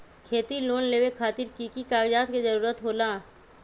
खेती लोन लेबे खातिर की की कागजात के जरूरत होला?